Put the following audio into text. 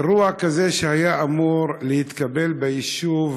אירוע כזה, שהיה אמור להתקבל ביישוב